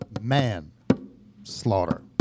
Manslaughter